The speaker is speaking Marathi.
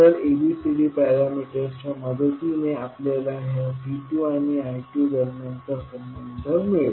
तर ABCD पॅरामीटर्सच्या मदतीने आपल्याला ह्या V2आणि I2 दरम्यान चा संबंध मिळेल